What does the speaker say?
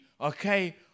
okay